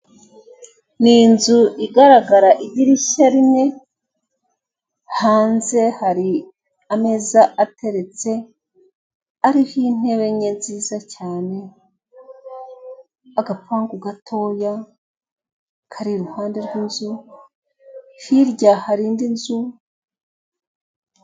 Ni inzu igaragara idirishya rimwe, hanze hari ameza ateretse ariho intebe enye nziza cyane, agapangu gatoya kari iruhande rw'inzu hirya hari indi nzu.